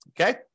Okay